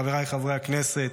חבריי חברי הכנסת,